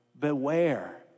Beware